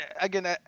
Again